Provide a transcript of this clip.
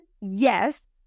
yes